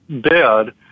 dead